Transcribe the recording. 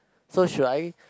so should I